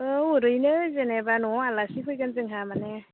औ ओरैनो जेनेबा न'आव आलासि फैगोन जोंहा माने